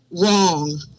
wrong